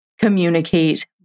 communicate